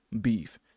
beef